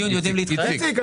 איציק,